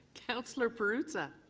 councillor perruzza.